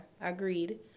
agreed